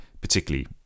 Particularly